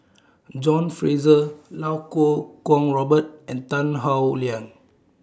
John Fraser Iau Kuo Kwong Robert and Tan Howe Liang